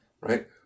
right